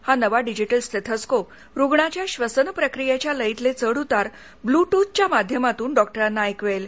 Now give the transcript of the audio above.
हा नवा digital stethoscope रुग्णाच्या श्वसन प्रक्रीयेच्या लयीतले चढउतार ब्लू अिच्या माध्यमातून डॉक्तोना ऐकवेल